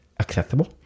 accessible